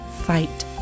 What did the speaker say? fight